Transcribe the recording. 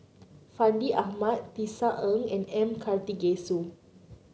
Fandi Ahmad Tisa Ng and M Karthigesu